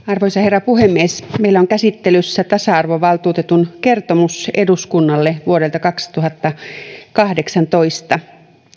arvoisa herra puhemies meillä on käsittelyssä tasa arvovaltuutetun kertomus eduskunnalle vuodelta kaksituhattakahdeksantoista